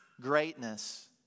greatness